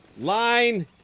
line